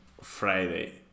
Friday